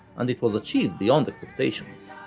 and it was achieved beyond expectations.